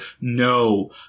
No